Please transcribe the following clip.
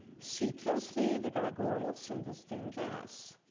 see closely the gargoyles and the stained glass.